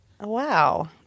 wow